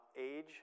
age